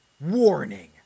Warning